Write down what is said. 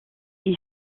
ils